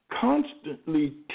constantly